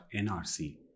NRC